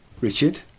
Richard